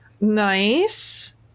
nice